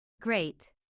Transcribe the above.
Great